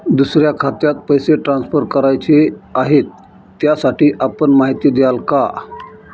दुसऱ्या खात्यात पैसे ट्रान्सफर करायचे आहेत, त्यासाठी आपण माहिती द्याल का?